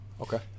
Okay